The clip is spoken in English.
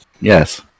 Yes